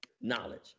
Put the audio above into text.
knowledge